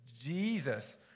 Jesus